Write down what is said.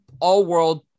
all-world